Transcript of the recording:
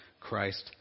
Christ